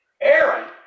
Aaron